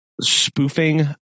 spoofing